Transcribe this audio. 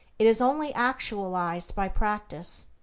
it is only actualized by practice.